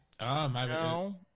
No